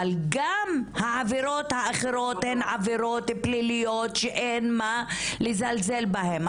אבל גם העבירות האחרות הן עבירות פליליות שאין מה לזלזל בהן.